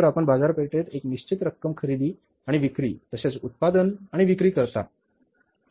तर आपण बाजारपेठेत एक निश्चित रक्कम खरेदी आणि विक्री तसेच उत्पादन आणि विक्री करता